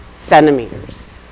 Centimeters